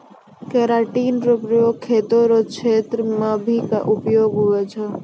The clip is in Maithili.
केराटिन रो प्रयोग खेती रो क्षेत्र मे भी उपयोग हुवै छै